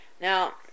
Now